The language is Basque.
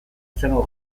izango